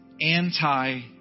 anti